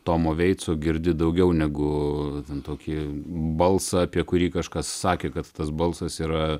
tomo veico girdi daugiau negu vien tokį balsą apie kurį kažkas sakė kad tas balsas yra